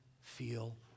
feel